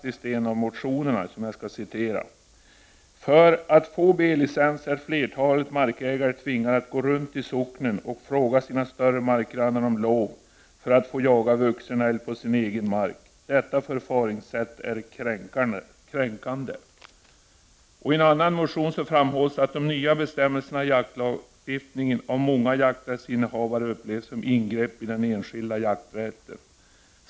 I en motion framgår det bl.a. att för att få B-licens är flertalet markägare tvingade att gå runt i socknen och fråga sina grannar, som äger större marker om lov för att få jaga vuxen älg på sin egen mark. Detta är kränkande. I en annan motion framhålls att de nya bestämmelserna i jaktlagstiftningen av många jakträttsinnehavare upplevs som ingrepp i den enskilda jakträtten.